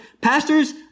pastors